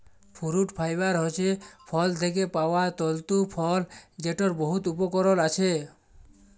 fruit fiber হছে ফল থ্যাকে পাউয়া তল্তু ফল যেটর বহুত উপকরল আছে